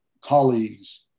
colleagues